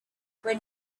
when